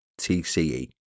TCE